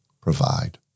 provide